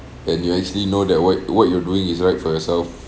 and you actually know that what what you're doing is right for yourself